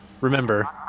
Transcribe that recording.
remember